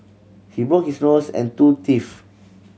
he broke his nose and two teeth